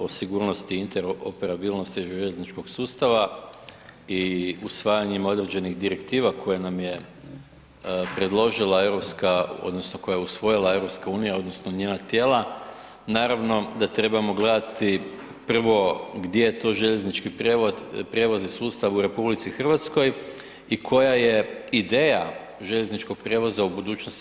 o sigurnosti i interoperabilnosti željezničkog sustava i usvajanjima određenih direktiva koje je nam predložila europska odnosno koje je usvojila EU odnosno njena tijela, naravno da trebamo gledati prvo gdje je to željeznički prijevoz i sustav u RH i koja je ideja željezničkog prijevoza u budućnosti u EU.